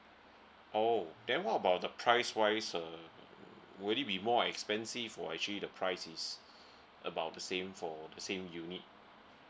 oh then what about the price wise uh would it be more expensive for actually the price is about the same for the same unit